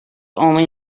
only